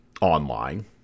online